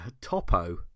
topo